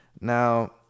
now